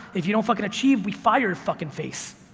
if you don't fucking achieve, we fire your fucking face.